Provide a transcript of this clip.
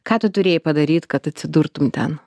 ką tu turėjai padaryt kad atsidurtum ten